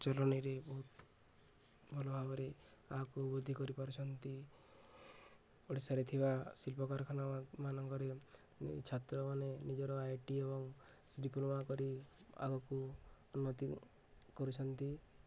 ଚଳଣିରେ ବହୁତ ଭଲ ଭାବରେ ଆଗକୁ ବୃଦ୍ଧି କରିପାରୁଛନ୍ତି ଓଡ଼ିଶାରେ ଥିବା ଶିଳ୍ପ କାରଖାନାମାନଙ୍କରେ ଛାତ୍ରମାନେ ନିଜର ଆଇ ଟି ଏବଂ ଡିପ୍ଲୋମା କରି ଆଗକୁ ଉନ୍ନତି କରୁଛନ୍ତି